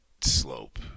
slope